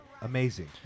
Amazing